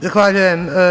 Zahvaljujem.